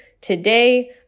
today